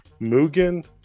Mugen